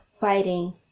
fighting